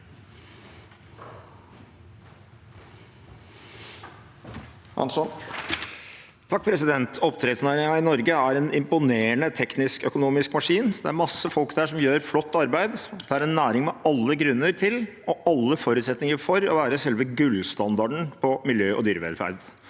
(MDG) Oppdrettsnæ- ringen i Norge er en imponerende teknisk-økonomisk maskin – det er masse folk der som gjør flott arbeid, det er en næring med all grunn til og alle forutsetninger for å være selve gullstandarden på miljø og dyrevelferd.